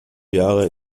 jahre